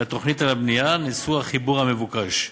לתוכנית על הבנייה נשוא החיבור המבוקש.